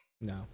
No